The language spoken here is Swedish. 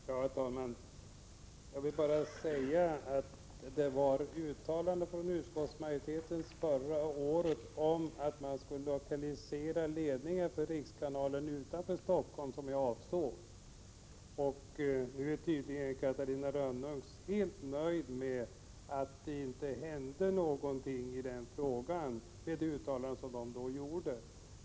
Herr talman! Jag vill bara säga att det förra året gjordes uttalanden från utskottsmajoriteten om att ledningen för rikskanalen skulle lokaliseras utanför Stockholm, såsom också vi önskade. Nu är Catarina Rönnung tydligen helt nöjd med att det inte hände någonting i den frågan trots det uttalande som man då gjorde.